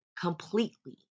completely